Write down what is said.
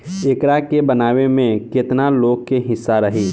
एकरा के बनावे में केतना लोग के हिस्सा रही